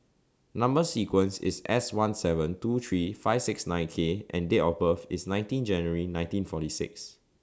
Number sequence IS S one seven two three five six nine K and Date of birth IS nineteen January nineteen forty six